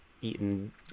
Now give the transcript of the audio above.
eaten